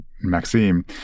Maxime